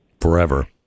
Forever